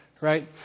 right